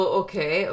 okay